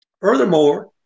Furthermore